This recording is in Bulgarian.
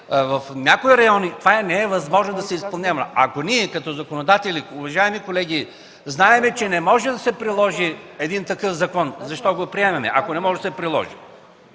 в някои райони това не е възможно да се изпълнява. Ако ние като законодатели, уважаеми колеги, знаем, че не може да се приложи един такъв закон, защо го приемаме? Пак казвам, 99% може да се приложи,